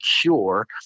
cure